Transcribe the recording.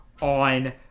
on